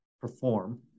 perform